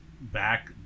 back